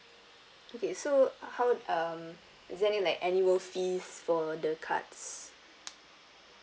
okay so how um is there any like annual fees for the cards